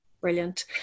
brilliant